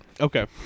Okay